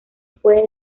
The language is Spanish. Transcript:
puede